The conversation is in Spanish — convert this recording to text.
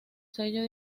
sello